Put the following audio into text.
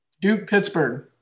Duke-Pittsburgh